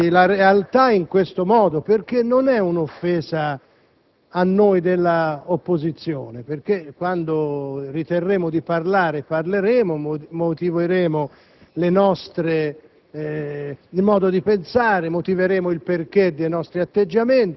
ed è assolutamente impensabile che si travisi la realtà in questo modo. Non è un'offesa a noi dell'opposizione; quando riterremo di parlare, parleremo e motiveremo il nostro